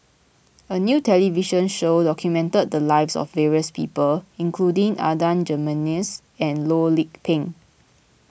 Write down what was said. a new television show documented the lives of various people including Adan Jimenez and Loh Lik Peng